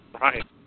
Right